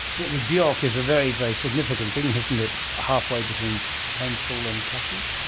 but with bjork it's a very, very significant thing, isn't it halfway between painful and catchy?